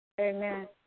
Amen